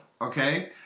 okay